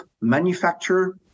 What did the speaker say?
manufacture